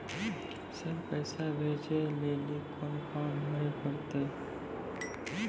Sir पैसा भेजै लेली कोन फॉर्म भरे परतै?